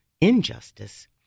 injustice